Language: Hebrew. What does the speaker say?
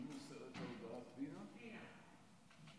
אין בעיה,